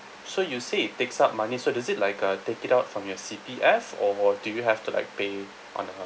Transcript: so you say it takes up money so does it like uh take it out from your C_P_F or do you have to like pay on a